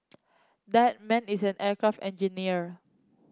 that man is an aircraft engineer